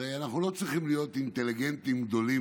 הרי אנחנו לא צריכים להיות אינטליגנטיים גדולים